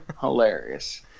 Hilarious